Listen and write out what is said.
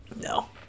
No